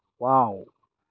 ꯋꯥꯎ